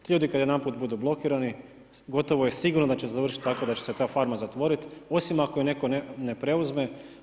Ti ljudi kada jedanput budu blokirani gotovo je sigurno da će završiti tako da će se ta farma zatvoriti, osim ako je netko ne preuzme.